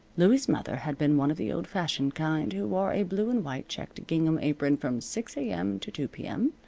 louie's mother had been one of the old-fashioned kind who wore a blue-and-white checked gingham apron from six a m. to two p m,